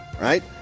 right